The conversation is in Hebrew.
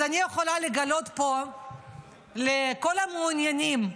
אז אני יכולה לגלות פה לכל המעוניינים,